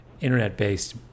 internet-based